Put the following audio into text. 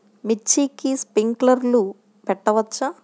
మిర్చికి స్ప్రింక్లర్లు పెట్టవచ్చా?